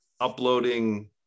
uploading